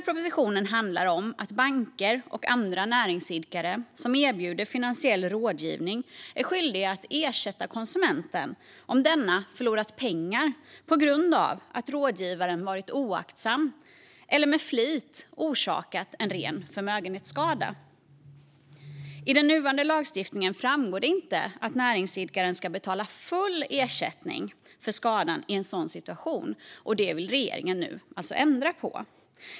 Propositionen handlar om att banker och andra näringsidkare som erbjuder finansiell rådgivning är skyldiga att ersätta konsumenten om denna förlorat pengar på grund av att rådgivaren varit oaktsam eller med flit orsakat en ren förmögenhetsskada. I den nuvarande lagstiftningen framgår det inte att näringsidkaren ska betala full ersättning för skadan i en sådan situation, och det vill regeringen nu alltså ändra på.